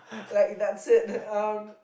like that's it um